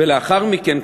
ולאחר מכן,